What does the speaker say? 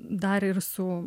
darė ir su